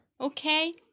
okay